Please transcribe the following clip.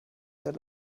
sehr